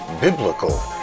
biblical